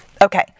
Okay